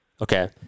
Okay